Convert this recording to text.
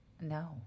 No